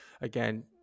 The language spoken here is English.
again